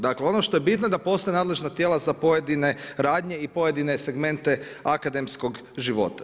Dakle ono što je bitno da postoje nadležna tijela za pojedine radnje i pojedine segmente akademskog života.